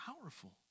powerful